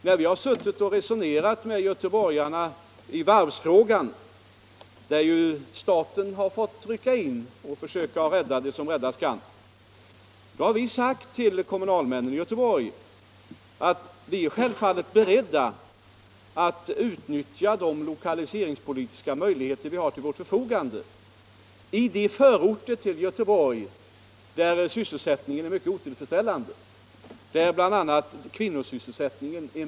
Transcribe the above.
När vi har suttit och resonerat med kommunalmännen i Göteborg om varven, där ju staten har fått rycka in och försöka rädda det som räddas kan, har vi sagt till dem att vi självfallet är beredda att utnyttja de lokaliseringspolitiska möjligheter vi har till vårt förfogande i de förorter till Göteborg där sysselsättningen är mycket otillfredsställande, särskilt för kvinnorna.